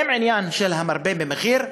אם העניין הוא המרבה במחיר,